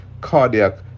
cardiac